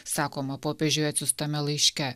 sakoma popiežiui atsiųstame laiške